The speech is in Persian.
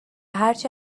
هرچی